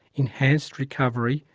enhanced recovery,